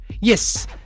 Yes